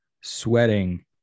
sweating